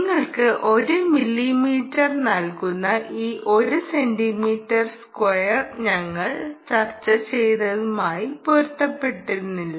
നിങ്ങൾക്ക് 1 മില്ലീമീറ്റർ നൽകുന്ന ഈ 1 സെന്റീമീറ്റർ സ്ക്വയർ ഞങ്ങൾ ചർച്ച ചെയ്തതുമായി പൊരുത്തപ്പെടുന്നില്ല